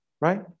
Right